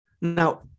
now